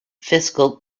fiscal